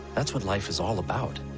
that's what life is all about.